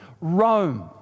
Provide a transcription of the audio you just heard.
Rome